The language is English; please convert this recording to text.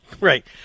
Right